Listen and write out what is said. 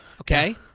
Okay